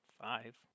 five